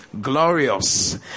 Glorious